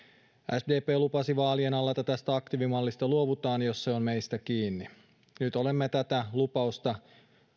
sdp lupasi vaalien alla että tästä aktiivimallista luovutaan jos se on meistä kiinni nyt olemme tätä lupausta